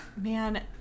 Man